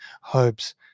hopes